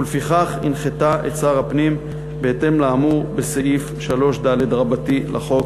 ולפיכך הנחתה את שר הפנים בהתאם לאמור בסעיף 3ד לחוק.